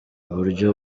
buryo